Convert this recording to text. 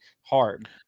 hard